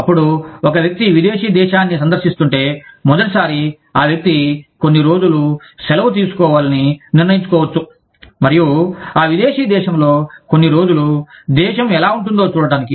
అప్పుడు ఒక వ్యక్తి ఒక విదేశీ దేశాన్ని సందర్శిస్తుంటే మొదటిసారి ఆ వ్యక్తి కొన్ని రోజులు సెలవు తీసుకోవాలని నిర్ణయించుకోవచ్చు మరియు ఆ విదేశీ దేశంలో కొన్ని రోజులు దేశం ఎలా ఉంటుందో చూడటానికి